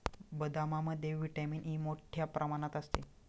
बदामामध्ये vitamin E मोठ्ठ्या प्रमाणात असते